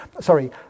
Sorry